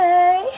Hey